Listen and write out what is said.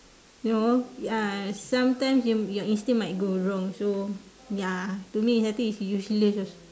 no uh sometimes your your instinct might go wrong so ya to me is I think is useless